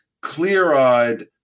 clear-eyed